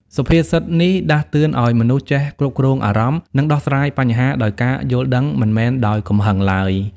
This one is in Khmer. សុភាសិតនេះដាស់តឿនឲ្យមនុស្សចេះគ្រប់គ្រងអារម្មណ៍ និងដោះស្រាយបញ្ហាដោយការយល់ដឹង មិនមែនដោយកំហឹងឡើយ។